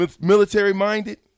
Military-minded